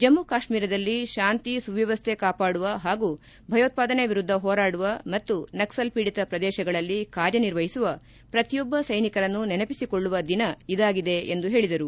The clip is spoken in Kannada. ಜಮ್ಮ ಕಾಶ್ಮೀರದಲ್ಲಿ ಶಾಂತಿ ಸುವ್ಯವಸ್ಥೆ ಕಾಪಾಡುವ ಹಾಗೂ ಭಯೋತ್ಪಾದನೆ ವಿರುದ್ಧ ಹೋರಾಡುವ ಮತ್ತು ನಕ್ಲಲ್ ಪೀಡಿತ ಪ್ರದೇಶಗಳಲ್ಲಿ ಕಾರ್ಯನಿರ್ವಹಿಸುವ ಪ್ರತಿಯೊಬ್ಬ ಸೈನಿಕರನ್ನು ನೆನಪಿಸಿಕೊಳ್ಳುವ ದಿನ ಇದಾಗಿದೆ ಎಂದು ಹೇಳಿದರು